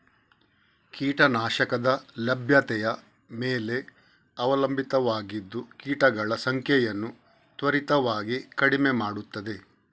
ಕೀಟ ನಾಶಕದ ಲಭ್ಯತೆಯ ಮೇಲೆ ಅವಲಂಬಿತವಾಗಿದ್ದು ಕೀಟಗಳ ಸಂಖ್ಯೆಯನ್ನು ತ್ವರಿತವಾಗಿ ಕಡಿಮೆ ಮಾಡುತ್ತದೆ